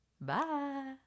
Bye